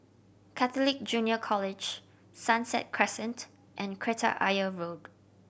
Catholic Junior College Sunset Crescent and Kreta Ayer Road